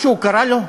משהו קרה לו?